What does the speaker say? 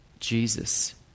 Jesus